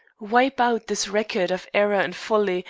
wipe out this record of error and folly,